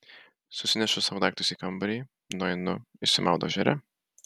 susinešu savo daiktus į kambarį nueinu išsimaudau ežere